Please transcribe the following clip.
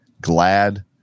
glad